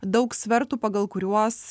daug svertų pagal kuriuos